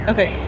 Okay